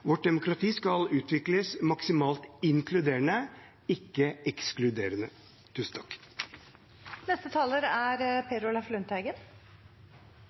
skal utvikles maksimalt inkluderende, ikke ekskluderende.